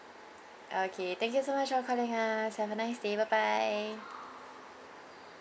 okay thank you so much for calling us have a nice day bye bye